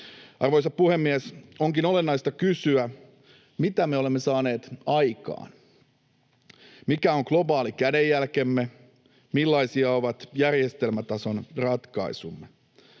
Arvoisa puhemies! Onkin olennaista kysyä, mitä me olemme saaneet aikaan, mikä on globaali kädenjälkemme, millaisia ovat järjestelmätason ratkaisumme.